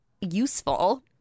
useful